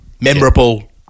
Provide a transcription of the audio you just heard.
Memorable